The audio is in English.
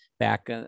back